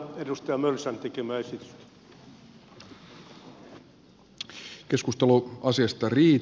kannatan edustaja maijalan tekemää esitystä